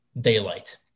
daylight